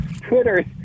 Twitter